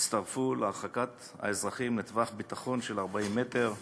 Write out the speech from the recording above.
הצטרפו להרחקת האזרחים לטווח ביטחון של 40 מטר מהאוטובוס.